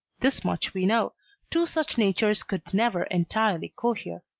this much we know two such natures could never entirely cohere.